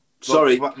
Sorry